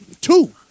Two